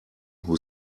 who